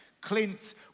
Clint